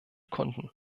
kunden